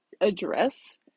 address